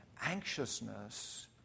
Anxiousness